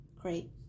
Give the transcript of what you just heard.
Great